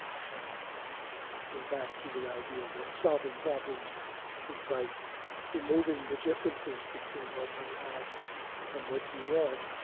and we're back to the idea that solving problems is by removing the differences between what you have and what you want.